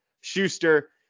Schuster